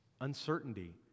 uncertainty